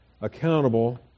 accountable